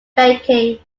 banking